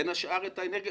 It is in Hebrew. בין השאר את האנרגיה,